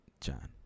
John